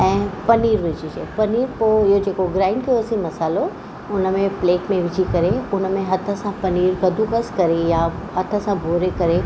ऐं पनीर विझजे पनीर पोइ इहो जेको ग्राइंड कयोसीं मसालो हुनमें प्लेट में विझी करे हुनमें हथ सां पनीर कदूकसि करे या हथ सां भोरे करे